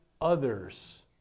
others